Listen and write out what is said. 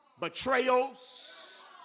betrayals